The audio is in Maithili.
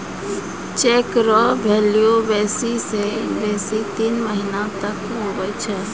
चेक रो भेल्यू बेसी से बेसी तीन महीना तक हुवै छै